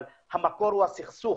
אבל המקור הוא הסכסוך,